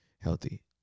Healthy